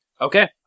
Okay